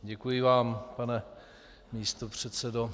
Děkuji vám, pane místopředsedo.